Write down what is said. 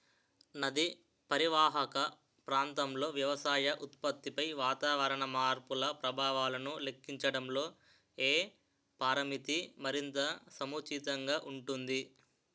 నదీ పరీవాహక ప్రాంతంలో వ్యవసాయ ఉత్పత్తిపై వాతావరణ మార్పుల ప్రభావాలను లెక్కించడంలో ఏ పరామితి మరింత సముచితంగా ఉంటుంది?